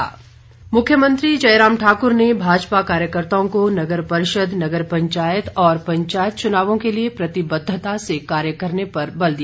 मुख्यमंत्री मुख्यमंत्री जयराम ने भाजपा कार्यकर्ताओं को नगर परिषद नगर पंचायत और पंचायत चुनावों के लिए प्रतिबद्धता से कार्य करने पर बल दिया